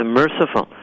merciful